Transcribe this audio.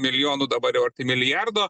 milijonų dabar jau arti milijardo